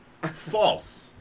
False